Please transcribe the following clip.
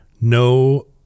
no